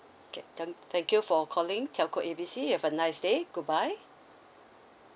okay t~ thank you for calling telco A B C have a nice day goodbye